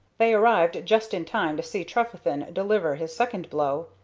they arrived just in time to see trefethen deliver his second blow,